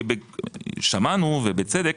שמענו ובצדק,